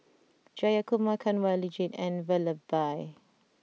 Jayakumar Kanwaljit and Vallabhbhai